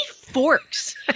forks